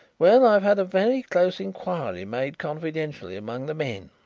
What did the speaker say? well, i have had a very close inquiry made confidentially among the men.